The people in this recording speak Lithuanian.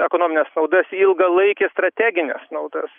ekonomines naudas į ilgalaikes strategines naudas